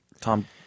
Tom